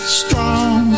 strong